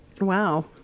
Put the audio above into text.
wow